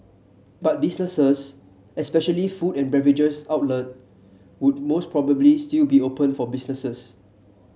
but businesses especially food and beverages outlet would most probably still be open for businesses